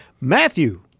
Matthew